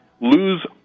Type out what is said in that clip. lose